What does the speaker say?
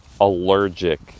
allergic